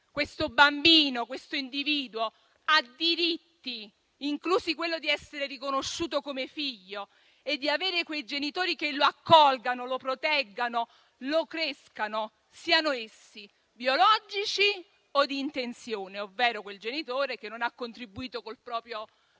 Questo bambino, questo individuo, ha diritti, incluso quello di essere riconosciuto come figlio e di avere genitori che lo accolgano, lo proteggano e lo crescano, siano essi biologici o di intenzione, ovvero genitori che non hanno contribuito col proprio